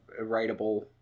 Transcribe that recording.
writable